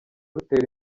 rutera